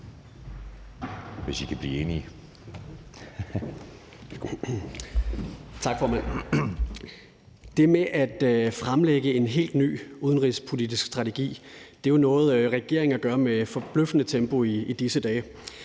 vi kan blive enige